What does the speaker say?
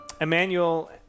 Emmanuel